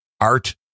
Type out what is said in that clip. art